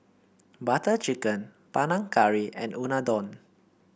Butter Chicken Panang Curry and Unadon